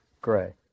gray